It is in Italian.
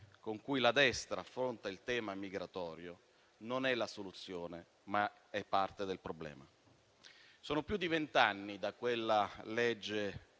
con cui la destra affronta il tema migratorio non è la soluzione, ma è parte del problema. Sono più di vent'anni, da quella legge